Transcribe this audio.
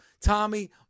Tommy